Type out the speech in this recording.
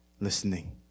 Listening